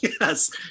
Yes